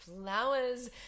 flowers